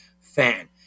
fan